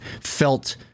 felt